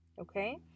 Okay